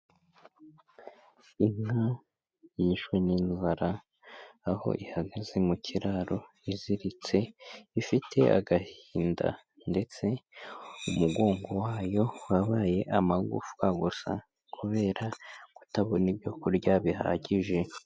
Inka yishwe n'inzara, aho ihagaze mu kiraro iziritse ifite agahinda ndetse umugongo wayo wabaye amagufwa gusa kubera kutabona ibyo kurya bihagije.